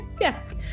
Yes